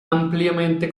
ampliamente